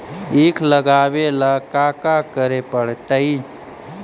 ईख लगावे ला का का करे पड़तैई?